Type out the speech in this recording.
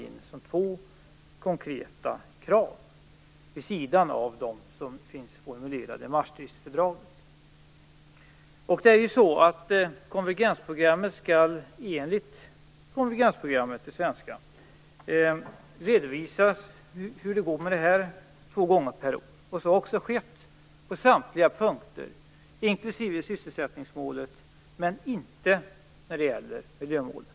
Det var två konkreta krav, vid sidan av dem som finns formulerade i Maastrichtfördraget. Enligt det svenska konvergensprogrammet skall man två gånger per år redovisa hur det går med detta. Så har också skett vad gäller samtliga punkter - inklusive sysselsättningsmålet - utom när det gäller miljömålet.